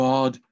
God